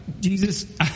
Jesus